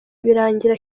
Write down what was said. birangira